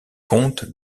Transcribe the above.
comte